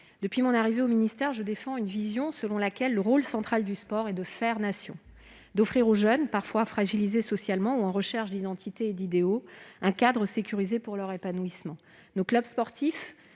Depuis mon arrivée au ministère, je défends une vision selon laquelle le rôle central du sport est de faire Nation, d'offrir aux jeunes, parfois fragilisés socialement ou en recherche d'identité et d'idéaux, un cadre sécurisé pour leur épanouissement. Nos clubs sportifs